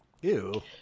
Ew